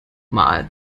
mal